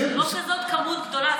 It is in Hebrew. זאת לא כמות כזאת גדולה.